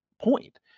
point